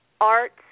art